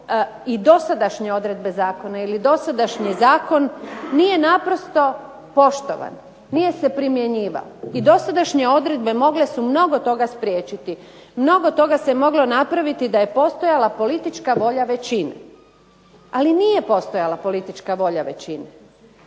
i dosadašnje odredbe zakona ili dosadašnji zakon nije naprosto poštovan, nije se primjenjivao. I dosadašnje odredbe mogle su mnogo toga spriječiti. Mnogo toga se moglo napraviti da je postojala politička volja većine. Ali nije postojala politička volja većine.